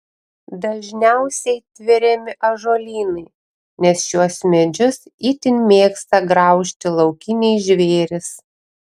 dažniausiai tveriami ąžuolynai nes šiuos medžius itin mėgsta graužti laukiniai žvėrys